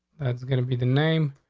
that's gonna be the name.